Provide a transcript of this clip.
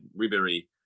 Ribery